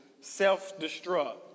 self-destruct